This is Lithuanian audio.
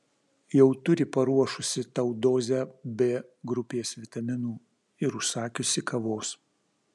jau turi paruošusi tau dozę b grupės vitaminų ir užsakiusi kavos